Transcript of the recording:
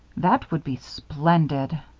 that would be splendid.